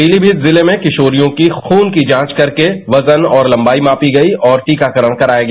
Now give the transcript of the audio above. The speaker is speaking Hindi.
पीलीभीत जिले में किशोरियों की खून की जांच करको वजन और लंबाई मापी गई और टीकाकरण कराया गया